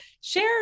share